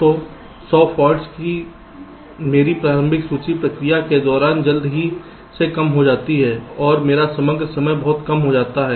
तो 100 फॉल्ट्स की मेरी प्रारंभिक सूची प्रक्रिया के दौरान जल्दी से कम हो जाती है और मेरा समग्र समय बहुत कम हो जाता है